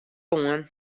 oan